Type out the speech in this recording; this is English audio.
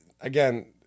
again